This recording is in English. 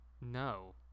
no